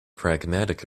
pragmatic